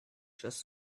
just